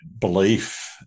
belief